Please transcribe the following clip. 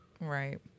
Right